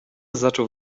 zaczął